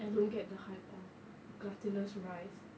I don't get the heart of glutinous rice